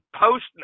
post